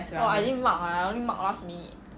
!wah! I didn't mug ah I only mug last minute